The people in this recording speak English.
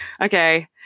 okay